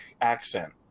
accent